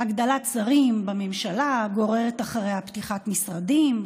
הגדלת שרים בממשלה גוררת אחריה פתיחת משרדים,